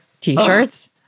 T-shirts